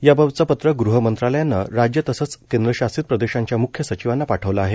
याबाबतचं पत्र गृहमंत्रालयानं राज्यं तसंच केंद्रशासित प्रदेशांच्या म्ख्य सचिवांना पाठवलं आहे